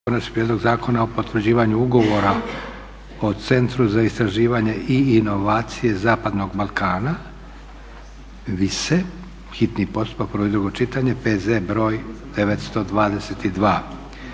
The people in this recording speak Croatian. Konačni prijedlog zakona o potvrđivanju Ugovora o Centru za istraživanje i inovacije zapadnog Balkana WISE, hitni postupak, prvo i drugo čitanje, P.Z. br. 922.